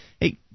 Hey